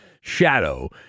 shadow